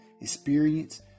experience